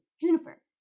Juniper